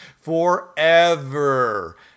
forever